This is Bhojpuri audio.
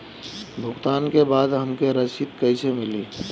भुगतान के बाद हमके रसीद कईसे मिली?